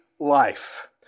life